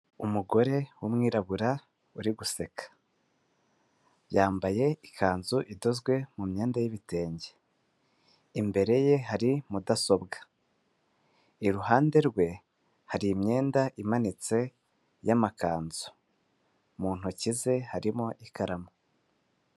Umugore w'umwirabura uri guseka yambaye ikanzu idozwe mu myenda y'ibitenge, imbere ye hari mudasobwa, iruhande rwe hari imyenda imanitse y'amakanzu, mu ntoki ze harimo ikaramu.